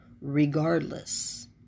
regardless